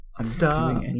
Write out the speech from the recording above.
Stop